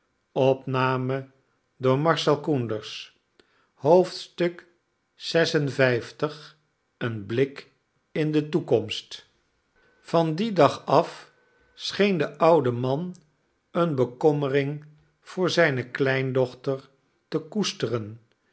een blik in de toekomst van dien dag af soheen de oude man eene bekommering voor zijne kleindochter te koesteren